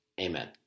Amen